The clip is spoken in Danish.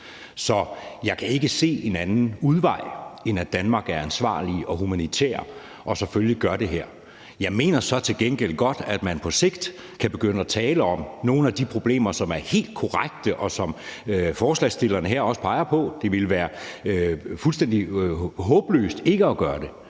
Så jeg kan ikke se en anden udvej, end at Danmark er ansvarlige og humanitære og selvfølgelig gør det her. Jeg mener så til gengæld godt, at man på sigt kan begynde at tale om nogle af de problemer, som der helt korrekt er, og som forslagsstillerne også peger på. Det ville være fuldstændig håbløst ikke at gøre det.